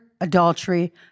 adultery